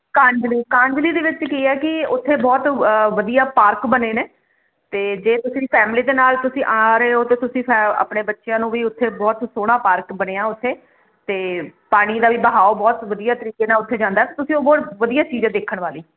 ਕਾਂਗਲੀ ਕਾਂਗਲੀ ਦੇ ਵਿੱਚ ਕੀ ਹ ਕੀ ਉਥੇ ਬਹੁਤ ਵਧੀਆ ਪਾਰਕ ਬਣੇ ਨੇ ਤੇ ਜੇ ਤੁਸੀਂ ਫੈਮਲੀ ਦੇ ਨਾਲ ਤੁਸੀਂ ਆ ਰਹੇ ਹੋ ਤੇ ਤੁਸੀਂ ਆਪਣੇ ਬੱਚਿਆਂ ਨੂੰ ਵੀ ਉਥੇ ਬਹੁਤ ਸੋਹਣਾ ਪਾਰਕ ਬਣਿਆ ਉੱਥੇ ਤੇ ਪਾਣੀ ਦਾ ਵੀ ਵਹਾਓ ਬਹੁਤ ਵਧੀਆ ਤਰੀਕੇ ਨਾਲ ਉੱਥੇ ਜਾਂਦਾ ਤੁਸੀਂ ਹੋਰ ਵਧੀਆ ਚੀਜ਼ਾਂ ਦੇਖਣ ਵਾਲੀ